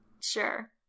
Sure